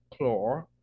chlor